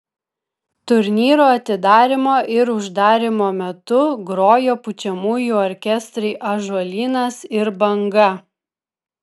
turnyro atidarymo ir uždarymo metu grojo pučiamųjų orkestrai ąžuolynas ir banga